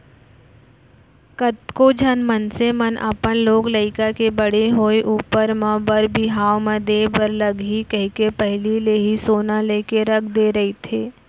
कतको झन मनसे मन अपन लोग लइका के बड़े होय ऊपर म बर बिहाव म देय बर लगही कहिके पहिली ले ही सोना लेके रख दे रहिथे